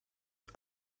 and